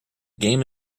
game